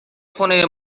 خونه